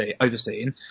overseeing